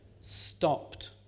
stopped